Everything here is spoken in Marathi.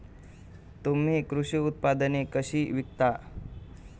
तुम्ही कृषी उत्पादने कशी विकता?